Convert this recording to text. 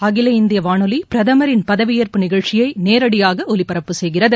அகில இந்திய வானொலி பிரதமர் பதவியேற்பு நிகழ்ச்சியை நேரடியாக ஒலிப்பரப்பு செய்கிறது